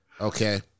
Okay